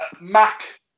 Mac